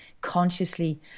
consciously